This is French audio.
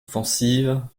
offensive